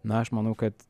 na aš manau kad